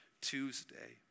Tuesday